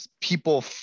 People